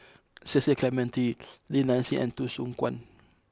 Cecil Clementi Li Nanxing and Tan Soo Khoon